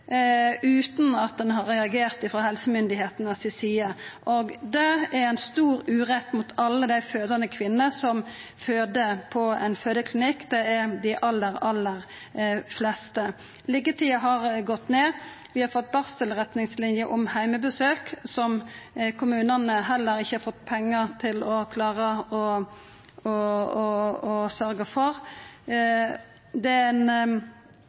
utan at helsemyndigheitene har reagert. Det er ein stor urett mot alle dei fødande kvinnene som føder på ein fødeklinikk, og det er dei aller, aller fleste. Liggjetida har gått ned, vi har fått barselretningslinjer om heimebesøk, som kommunane heller ikkje har fått pengar til å klara å sørgja for. Det er ein